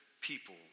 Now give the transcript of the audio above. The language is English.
people